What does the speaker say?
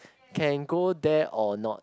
can go there or not